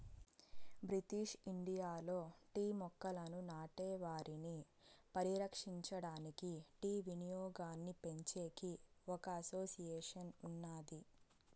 British ఇండియాలో tea మొక్కలను నాటే వారిని పరిరక్షించడానికి, టీ వినియోగాన్నిపెంచేకి ఒక అసోసియేషన్ ఉన్నాది